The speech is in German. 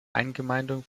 eingemeindung